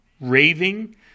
raving